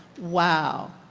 wow,